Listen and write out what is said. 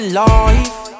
life